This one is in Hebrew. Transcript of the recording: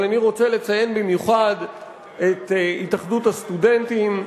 אבל אני רוצה לציין במיוחד את התאחדות הסטודנטים,